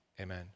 Amen